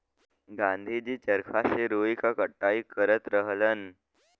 गाँधी जी चरखा से रुई क कटाई करत रहलन